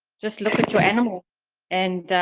just look at your animal and.